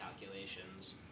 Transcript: calculations